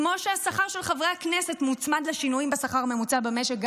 כמו שהשכר של חברי הכנסת מוצמד לשינויים בשכר הממוצע במשק.